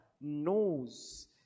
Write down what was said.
knows